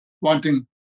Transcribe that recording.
wanting